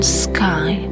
sky